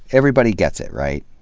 everybody gets it, right?